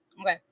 Okay